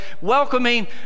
welcoming